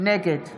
נגד